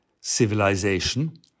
civilization